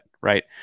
right